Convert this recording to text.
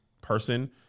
person